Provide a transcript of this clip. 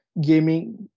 gaming